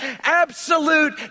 Absolute